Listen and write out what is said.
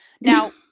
Now